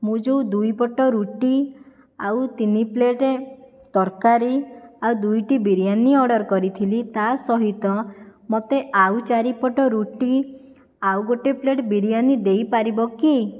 ମୁଁ ଯେଉଁ ଦୁଇପଟ ରୁଟି ଆଉ ତିନି ପ୍ଲେଟ୍ ତରକାରୀ ଆଉ ଦୁଇଟି ବିରିୟାନି ଅର୍ଡ଼ର କରିଥିଲି ତା'ସହିତ ମୋତେ ଆଉ ଚାରିପଟ ରୁଟି ଆଉ ଗୋଟେ ପ୍ଲେଟ୍ ବିରିୟାନି ଦେଇପାରିବ କି